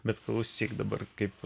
bet klausyk dabar kaip